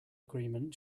agreement